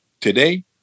Today